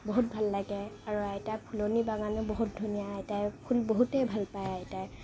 বহুত ভাল লাগে আৰু আইতাৰ ফুলনি বাগানো বহুত ধুনীয়া আইতাই ফুল বহুতেই ভালপায় আইতাই